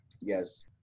Yes